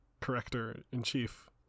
corrector-in-chief